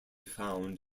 found